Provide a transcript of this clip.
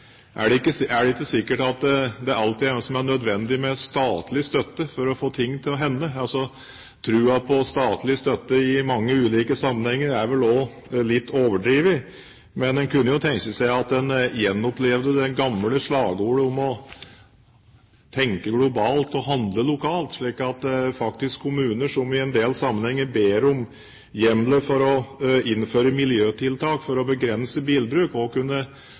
Det er ikke sikkert at det alltid er nødvendig med statlig støtte for å få ting til å hende. Troen på statlig støtte i mange ulike sammenhenger er vel også litt overdreven. Men en kunne jo tenke seg at en gjenopplivet det gamle slagordet om å tenke globalt og handle lokalt, slik at kommuner som i en del sammenhenger ber om hjemler for å innføre miljøtiltak for å begrense bilbruk, faktisk også kunne